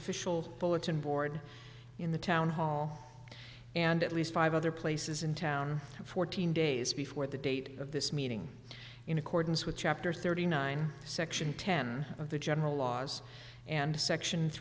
official bulletin board in the town hall and at least five other places in town fourteen days before the date of this meeting in accordance with chapter thirty nine section ten of the general laws and section